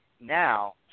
now